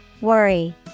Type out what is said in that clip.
worry